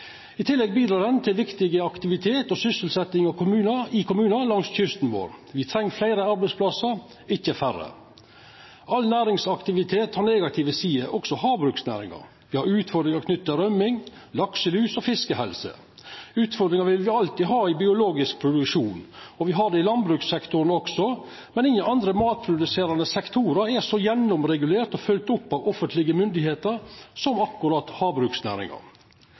I tillegg bidreg ho til viktig aktivitet og sysselsetjing i kommunar langs kysten vår. Me treng fleire arbeidsplassar, ikkje færre. All næringsaktivitet har negative sider, også havbruksnæringa. Me har utfordringar knytte til rømming, lakselus og fiskehelse. Utfordringar vil me alltid ha i biologisk produksjon. Me har det i landbrukssektoren også, men ingen andre matproduserande sektorar er så gjennomregulerte og følgde opp av offentlege myndigheiter som akkurat havbruksnæringa.